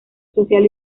social